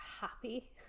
happy